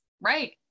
Right